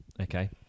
okay